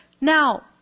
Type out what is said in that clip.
Now